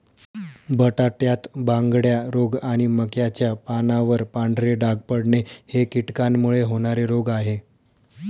बटाट्यात बांगड्या रोग आणि मक्याच्या पानावर पांढरे डाग पडणे हे कीटकांमुळे होणारे रोग आहे